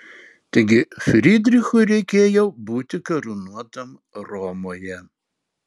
taigi frydrichui reikėjo būti karūnuotam romoje